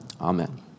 Amen